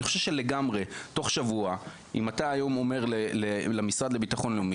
אני חושב שאם היום אתה אומר למשרד לבטחון לאומי,